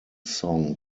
song